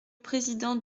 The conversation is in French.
président